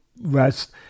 rest